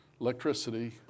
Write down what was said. electricity